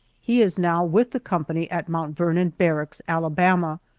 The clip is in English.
he is now with the company at mount ver-non barracks, alabama,